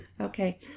Okay